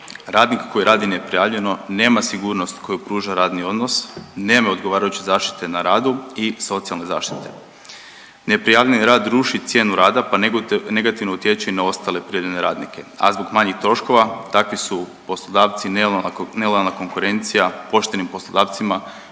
Radnik koji radi neprijavljeno nema sigurnost koju pruža radni odnos, nema odgovarajuće zaštite na radu i socijalne zaštite. Neprijavljeni rad ruši cijenu rada pa negativno utječe i na ostale prijavljene radnike, a zbog manjih troškova, takvi su poslodavci nelojalna konkurencija poštenim poslodavcima